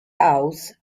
house